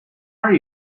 are